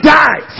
die